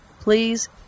please